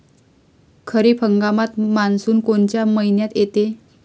खरीप हंगामात मान्सून कोनच्या मइन्यात येते?